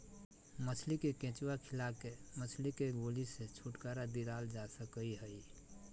मछली के केंचुआ खिला के मछली के गोली से छुटकारा दिलाल जा सकई हई